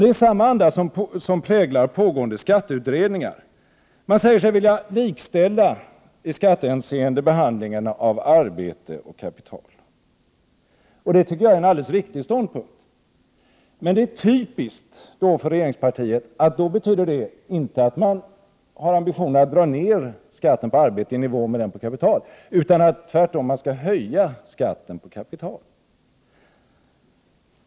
Det är samma anda som präglar pågående skatteutredningar. Man säger sig vilja likställa i skattehänseende behandlingen av arbete och kapital, och det tycker jag är en alldeles riktig ståndpunkt. Men det är typiskt för regeringspartiet att det då inte betyder att man har ambitionen att dra ned skatten på arbete i nivå med skatten på kapital utan tvärtom att man skall höja skatten på kapital.